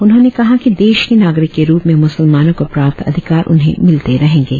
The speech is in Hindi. उन्होंने कहा कि देश के नागरिक के रुप में मुसलमानों को प्राप्त अधिकार उन्हें मिलते रहेंगे